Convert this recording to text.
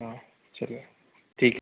हाँ चलिए ठीक है